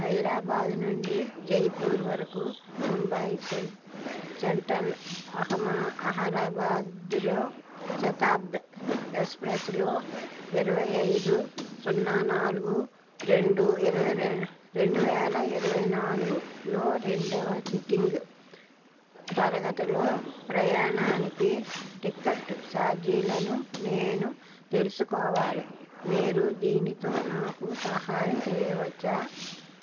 హైదరాబాద్ నుండి జైపూర్ వరకు ముంబై సెంట్రల్ అహ్మదాబాద్లో శతాబ్ది ఎక్స్ప్రెస్లో ఇరవై ఐదు సున్నా నాలుగు రెండు వేల ఇరవై నాలుగులో రెండవ సీటింగ్ తరగతిలో ప్రయాణానికి టిక్కె ట్ చార్జీలను నేను తెలుసుకోవాలి మీరు దీనితో నాకు సహాయం చేయవచ్చా